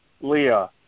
Leah